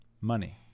money